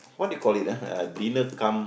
what do you call it ah uh dinner cum